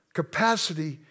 capacity